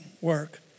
work